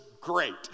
great